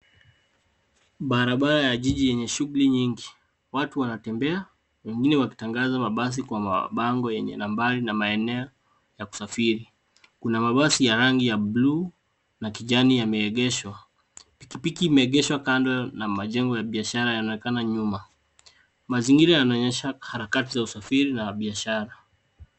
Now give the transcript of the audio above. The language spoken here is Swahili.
Barabara ya jiji yenye shughuli nyingi watu wanatembea wengine wakitangaza mabasi kwa mabango yenye nambari na maeneo ya kusafiri, kuna mabasi ya rangi ya buluu na kijani yameegeshwa ,pikipiki imegeshwa kando na majengo ya biashara yanaonekana nyuma mazingira yanaonyesha harakati za usafiri na biashara.